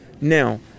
Now